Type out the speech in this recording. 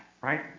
right